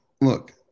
look